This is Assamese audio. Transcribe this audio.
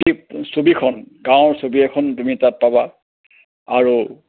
ছবিখন গাঁৱৰ ছবি এখন তুমি তাত পাবা আৰু